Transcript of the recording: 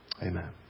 Amen